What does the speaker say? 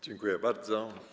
Dziękuję bardzo.